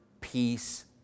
peace